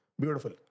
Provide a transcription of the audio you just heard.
beautiful